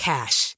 Cash